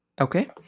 okay